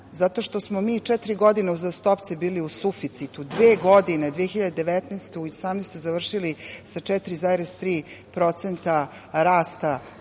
zato što smo mi četiri godine uzastopce bili u suficitu, dve godine 2019. i 2018. godinu završili sa 4,3% rasta